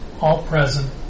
all-present